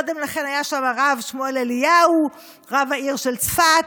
קודם לכן היה שם הרב שמואל אליהו, רב העיר של צפת.